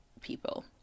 people